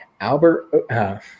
Albert –